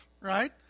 right